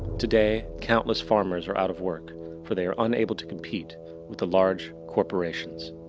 today countless farmers are out of work for they're unable to compete with the large corporations.